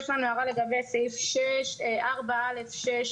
יש לנו הערה לגבי סעיף 4 (א)(6)(ג),